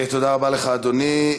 תודה רבה לך, אדוני.